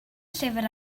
llyfr